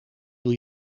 doe